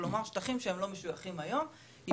כלומר שטחים מחוזיים שהם לא משויכים היום לרשות מקומית.